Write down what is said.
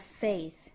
faith